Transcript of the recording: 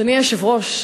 אדוני היושב-ראש,